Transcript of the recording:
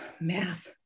math